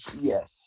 yes